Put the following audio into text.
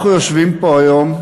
אנחנו יושבים פה היום,